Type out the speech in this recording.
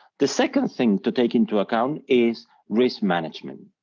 the second thing to take into account is risk management.